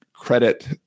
credit